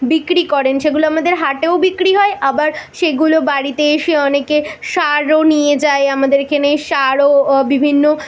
বিক্রি করেন সেগুলো আমাদের হাটেও বিক্রি হয় আবার সেগুলো বাড়িতে এসে অনেকে সারও নিয়ে যায় আমাদের এখানে সার ও বিভিন্ন